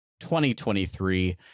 2023